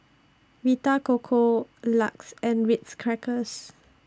Vita Coco LUX and Ritz Crackers